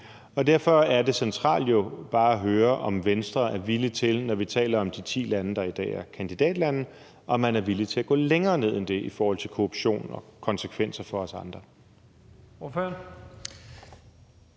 Derfor er det centrale jo bare at høre, om Venstre er villig til, når vi taler om de ti lande, der i dag er kandidatlande, at gå længere ned end det i forhold til korruption og konsekvenser for os andre.